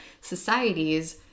societies